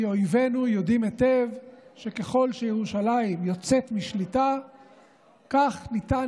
כי אויבינו יודעים היטב שככל שירושלים יוצאת משליטה כך ניתן